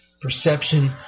perception